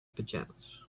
pajamas